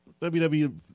WWE